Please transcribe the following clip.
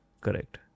Correct